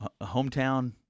hometown